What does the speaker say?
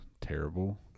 Terrible